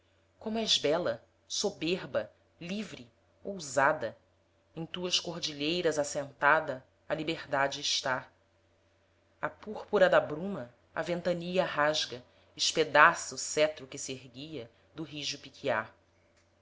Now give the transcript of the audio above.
como és bela soberba livre ousada em tuas cordilheiras assentada a liberdade está a púrpura da bruma a ventania rasga espedaça o cetro que s'erguia do rijo piquiá